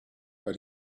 but